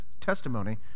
testimony